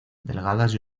delgadas